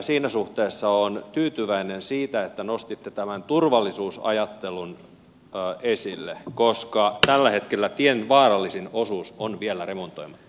siinä suhteessa olen tyytyväinen siitä että nostitte tämän turvallisuusajattelun esille koska tällä hetkellä tien vaarallisin osuus on vielä remontoimatta